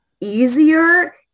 easier